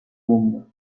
wonde